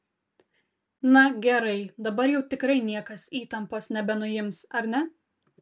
na gerai dabar jau tikrai niekas įtampos nebenuims ar ne